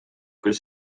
küll